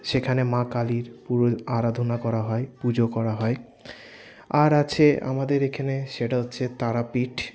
সেখানে মা কালীর পুরো আরাধনা করা হয় পুজো করা হয় আর আছে আমাদের এখানে সেটা হচ্ছে তারাপীঠ